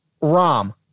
Rom